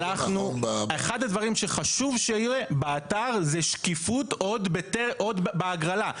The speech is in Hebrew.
אחד הדברים שחשוב שיהיה באתר זה שקיפות עוד בהגרלה,